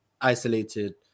isolated